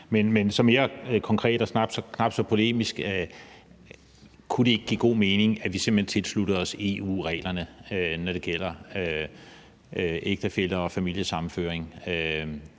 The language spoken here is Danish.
Men mere konkret og knap så polemisk vil jeg spørge: Kunne det så ikke give god mening, at vi simpelt hen tilsluttede os EU-reglerne, når det gælder ægtefæller og familiesammenføring,